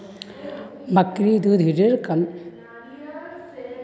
बकरीर दूध हड्डिर कमजोरीत अत्यंत लाभकारी छेक